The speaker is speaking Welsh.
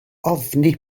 ofni